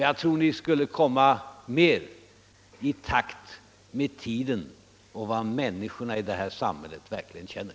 Jag tror att Ni skulle komma mer i takt med tiden och vad människorna i det här samhället verkligen känner.